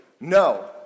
no